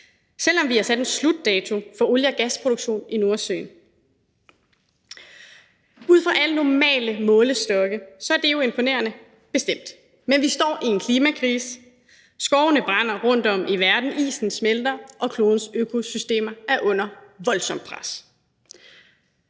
selv om vi har sat en slutdato for olie- og gasproduktion i Nordsøen. Ud fra alle normale målestokke er det jo bestemt imponerende, men vi står i en klimakrise: Skovene brænder rundtom i verden, isen smelter, og klodens økosystemer er under voldsomt pres.